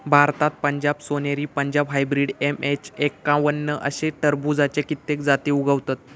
भारतात पंजाब सोनेरी, Punjab hybrid, MH एक्कावन्न अशे खरबुज्याची कित्येक जाती उगवतत